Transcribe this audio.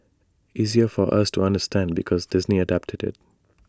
easier for us to understand because Disney adapted IT